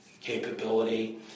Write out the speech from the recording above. capability